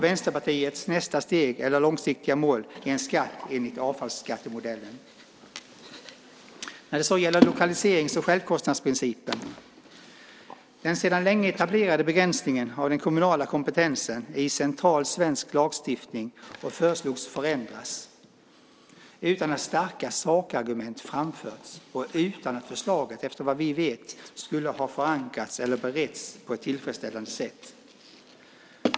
Vänsterpartiets nästa steg eller långsiktiga mål är en skatt enligt avfallsskattemodellen. Jag går så över till lokaliserings och självkostnadsprincipen. Den sedan länge etablerade begränsningen för den kommunala kompetensen är central i svensk lagstiftning och föreslogs förändras utan att starka sakargument framförts och utan att förslaget, efter vad vi vet, skulle ha förankrats eller beretts på ett tillfredsställande sätt.